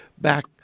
back